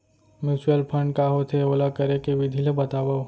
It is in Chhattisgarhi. म्यूचुअल फंड का होथे, ओला करे के विधि ला बतावव